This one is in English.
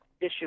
issue